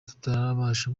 tutarabasha